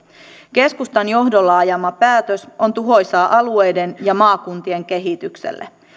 keskustan johdolla ajettu päätös on tuhoisaa alueiden ja maakuntien kehitykselle